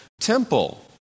temple